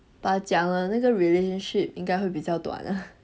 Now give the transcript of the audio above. but 讲了那个 relationship 应该会比较短 lah